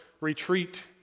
retreat